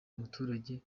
umuturage